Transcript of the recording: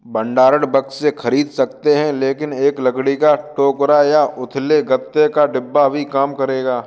भंडारण बक्से खरीद सकते हैं लेकिन एक लकड़ी का टोकरा या उथले गत्ते का डिब्बा भी काम करेगा